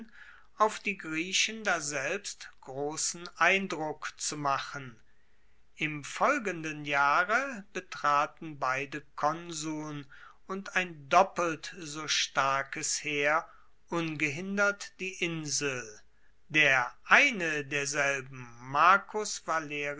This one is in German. auf die griechen daselbst grossen eindruck zu machen im folgenden jahre betraten beide konsuln und ein doppelt so starkes heer ungehindert die insel der eine derselben marcus